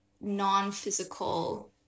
non-physical